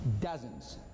Dozens